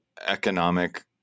economic